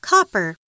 Copper